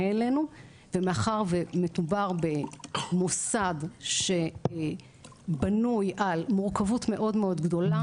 אלינו ומאחר ומדובר במוסד שבנוי על מורכבות מאוד מאוד גדולה,